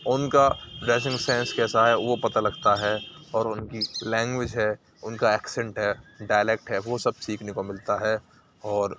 ان کا dressing sense کیسا ہے وہ پتہ لگتا ہے اور ان کی لینگویج ہے ان کا ایکسینٹ ہے ڈائلیکٹ ہے وہ سب سیکھنے کو ملتا ہے اور